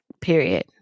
period